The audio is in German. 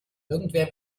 irgendwer